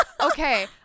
okay